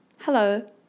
Hello